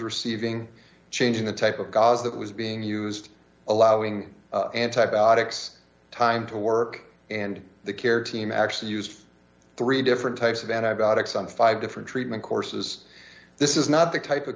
receiving changing the type of gaza that was being used allowing antibiotics time to work and the care team actually used three different types of antibiotics on five different treatment courses this is not the type of